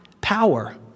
power